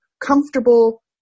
comfortable